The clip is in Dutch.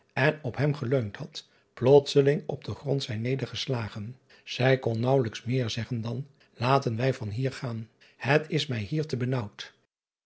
en op hem geleund had plotseling op den grond zijn nedergeslagen ij kon naauwe driaan oosjes zn et leven van illegonda uisman lijks meer zeggen dan aten wij van hier gaan et is mij hier te benaauwd